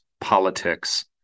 politics